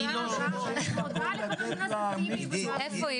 אני לא --- איפה היא,